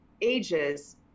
ages